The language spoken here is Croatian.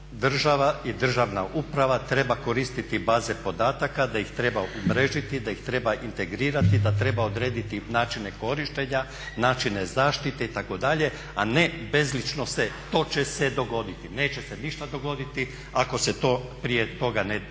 država i državna uprava treba koristiti baze podataka, da ih treba umrežiti, da ih treba integrirati, da treba odrediti načine korištenja, načine zaštite itd., a ne bezlično to će se dogoditi. Neće se ništa dogoditi ako se to prije toga ne definira.